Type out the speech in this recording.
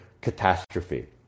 catastrophe